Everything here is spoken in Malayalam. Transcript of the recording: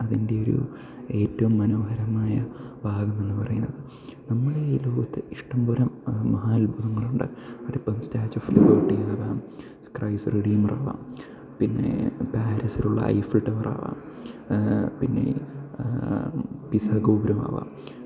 അതിൻറ്റെയൊരു ഏറ്റവും മനോഹരമായ ഭാഗമെന്ന് പറയുന്നത് നമ്മുടെ ഈ ലോകത്ത് ഇഷ്ടം പോലെ മഹാത്ഭുതങ്ങളുണ്ട് അതിപ്പം സ്റ്റാച്യൂ ഓഫ് ലിബേർട്ടി ആകാം ക്രൈസ്റ്റ് റെഡീമർ ആകാം പിന്നെ പാരിസിലുള്ള ഐഫിൽ ടവറാകാം പിന്നെ പിസ ഗോപുരമാകാം